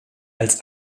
als